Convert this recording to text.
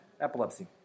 epilepsy